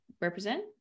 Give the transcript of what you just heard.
represent